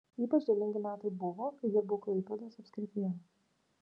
ypač derlingi metai buvo kai dirbau klaipėdos apskrityje